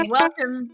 welcome